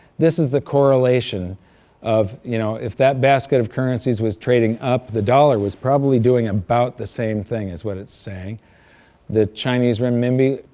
this is the correlation of, you know, if that basket of currencies was trading up, the dollar was probably doing about the same thing, is what it's saying that chinese renminbi,